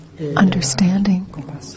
understanding